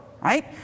right